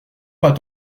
pas